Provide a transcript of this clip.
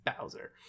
bowser